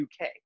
UK